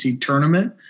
tournament